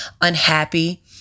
unhappy